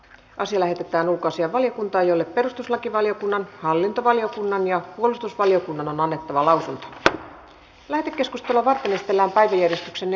asia lähetettiin ulkoasiainvaliokuntaan jolle perustuslakivaliokunnan hallintovaliokunnan ja puolustusvaliokunnan on annettava lausunto lähetekeskustelua varten etelä virosta sinne